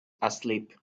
asleep